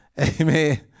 Amen